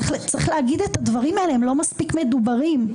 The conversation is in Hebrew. צריך להגיד את הדברים האלה, הם לא מספיק מדוברים.